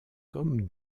comme